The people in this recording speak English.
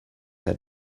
had